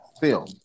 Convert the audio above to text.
film